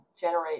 generate